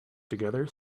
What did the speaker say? together